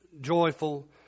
joyful